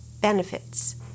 benefits